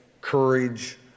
courage